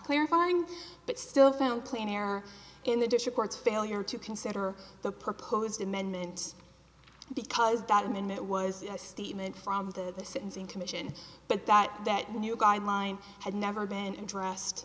clarifying but still found clean air in the dish reports failure to consider the proposed amendment because that in that was a statement from the sentencing commission but that that new guideline had never been dressed